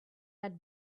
had